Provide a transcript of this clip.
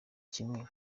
kimwe